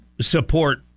support